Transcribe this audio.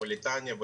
טניה,